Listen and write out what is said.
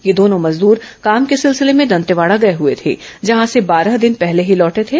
ये दोनों मजदूर काम के सिलसिले में दंतेवाड़ा गए हुए थे जहाँ से बारह दिन पहले ही लौटे थे